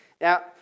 Now